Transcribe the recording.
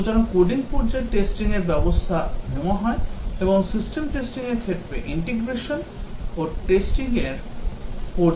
সুতরাং কোডিং পর্যায়ে testing এর ব্যবস্থা নেওয়া হয় এবং সিস্টেম টেস্টিংয়ের ক্ষেত্রে integration ও testing এর পর্যায়ে ঘটে